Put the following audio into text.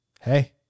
hey